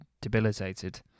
debilitated